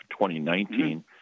2019